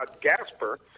Gasper